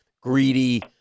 greedy